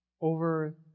over